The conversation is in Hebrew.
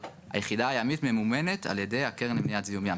היחידה הימית ממומנת על ידי הקרן למניעת זיהום ים,